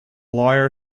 lawyer